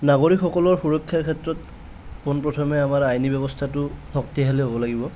নাগৰিকসকলৰ সুৰক্ষাৰ ক্ষেত্ৰত পোন প্ৰথমে আমাৰ আইনী ব্যৱস্থাটো শক্তিশালী হ'ব লাগিব